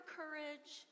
courage